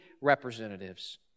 representatives